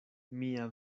mia